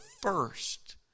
first